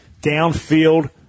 downfield